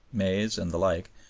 maize, and the like,